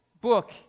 book